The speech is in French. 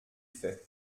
faits